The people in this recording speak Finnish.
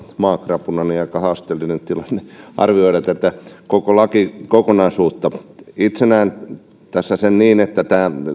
maakrapuna aika haasteellinen tilanne arvioida tätä koko lakikokonaisuutta itse näen tässä sen niin että